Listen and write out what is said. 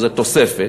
זו תוספת,